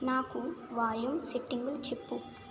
నాకు వాల్యూం సెట్టింగులు చెప్పు